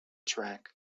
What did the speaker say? track